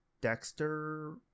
Dexter